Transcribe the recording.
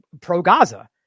pro-Gaza